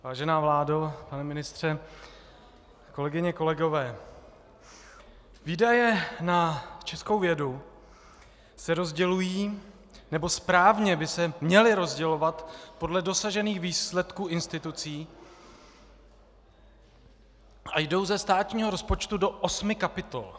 Vážená vládo, pane ministře, kolegyně, kolegové, výdaje na českou vědu se rozdělují, nebo správně by se měly rozdělovat podle dosažených výsledků institucí a jdou ze státního rozpočtu do osmi kapitol.